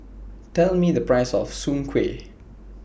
Tell Me The Price of Soon Kway